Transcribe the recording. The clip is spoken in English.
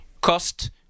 cost